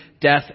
death